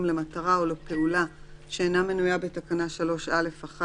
למטרה או לפעולה שאינה מנויה בתקנה 3א(1)